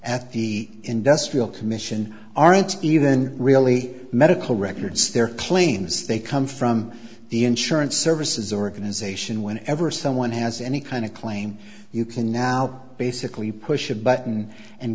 at the industrial commission aren't even really medical records they're planes they come from the insurance services organization when ever someone has any kind of claim you can now basically push a button and